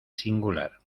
singular